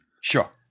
Sure